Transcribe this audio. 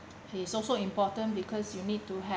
is also important because you need to have